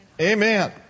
amen